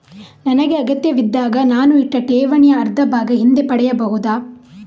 ನನಗೆ ಅಗತ್ಯವಿದ್ದಾಗ ನಾನು ಇಟ್ಟ ಠೇವಣಿಯ ಅರ್ಧಭಾಗ ಹಿಂದೆ ಪಡೆಯಬಹುದಾ?